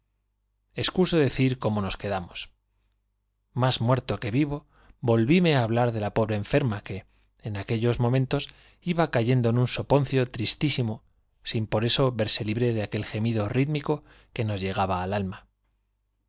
excuso decir cómo nos quedamos más muerto que vivo volvíme al lado de la pobre enferma que en aquellos momentos iba cayendo en un soponcio tris tísimo sin por esto verse libre de aquel gemido rítmico que nos llegaba al alma